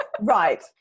right